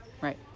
right